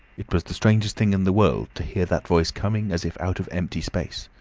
it was the strangest thing in the world to hear that voice coming as if out of empty space,